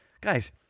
Guys